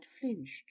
flinched